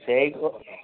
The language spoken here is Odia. ସେଇ କଥା